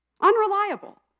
unreliable